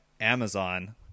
amazon